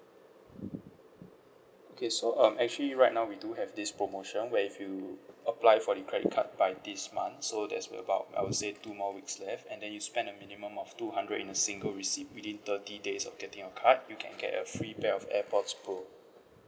okay so um actually right now we do have this promotion where if you apply for the credit card by this month so that's will about I will say two more weeks left and then you spend a minimum of two hundred in a single receipt within thirty days of getting your card you can get a free pair of airpods pro